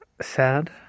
sad